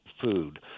food